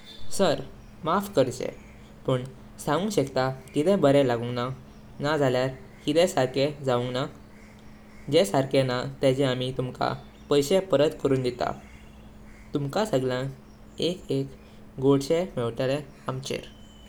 सिर माफ करचे, पण सांगुंग शेकते किदे बरे लागतना नजाल्यार किते सर्के जावुंगना। जे सर्के ना तेजे आमि तुमका पैसे परत करून दीता। तुमका सगळ्यांग एक एक गोडशे मेवताले आमचेर।